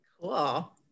Cool